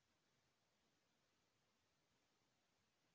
भूरा के रोकथाम बर का करन?